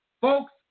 Folks